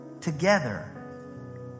together